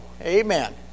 Amen